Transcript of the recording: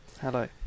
Hello